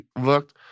looked